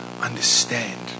understand